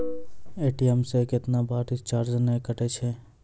ATM से कैतना बार चार्ज नैय कटै छै?